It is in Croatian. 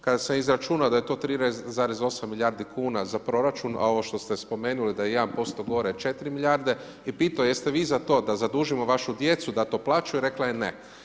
Kada se izračuna da je to 13,8 milijardi kn za proračun, a ovo što ste spomenuli da je 1% gore 4 milijarde, bi pitao jeste vi za to da zadužimo vašu djecu da to plaćaju, rekla je ne.